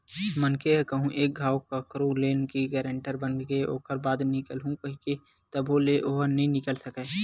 मनखे ह कहूँ एक घांव कखरो लोन के गारेंटर बनगे ओखर बाद निकलहूँ कइही तभो ले ओहा नइ निकल सकय